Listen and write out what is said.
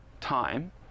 time